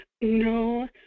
No